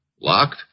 Locked